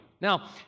Now